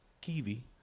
Kiwi